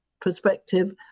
perspective